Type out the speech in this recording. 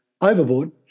overboard